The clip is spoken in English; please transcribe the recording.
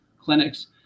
clinics